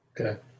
Okay